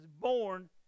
born